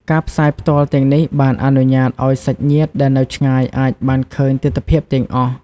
ការផ្សាយផ្ទាល់ទាំងនេះបានអនុញ្ញាតឱ្យសាច់ញាតិដែលនៅឆ្ងាយអាចបានឃើញទិដ្ឋភាពទាំងអស់។